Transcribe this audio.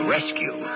Rescue